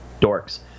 dorks